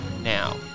Now